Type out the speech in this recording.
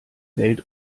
welt